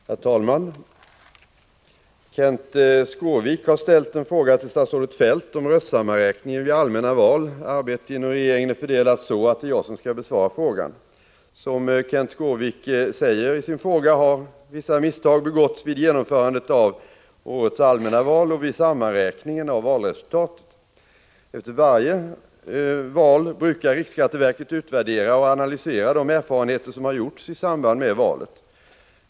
Herr talman! Kenth Skårvik har ställt en fråga till statsrådet Feldt om röstsammanräkningen vid allmänna val. Arbetet inom regeringen är fördelat så att det är jag som skall besvara frågan. Som Kenth Skårvik säger i sin fråga har vissa misstag begåtts vid genomförandet av årets allmänna val och vid sammanräkningen av valresultatet. Efter varje val brukar riksskatteverket utvärdera och analysera de erfarenheter som gjorts i samband med valet.